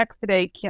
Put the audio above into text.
today